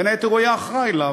בין היתר, הוא אחראי לה.